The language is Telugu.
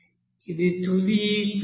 ఇది తుది ఈక్వెషన్